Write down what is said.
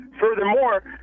furthermore